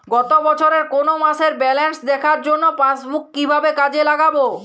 গত বছরের কোনো মাসের ব্যালেন্স দেখার জন্য পাসবুক কীভাবে কাজে লাগাব?